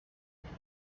there